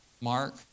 Mark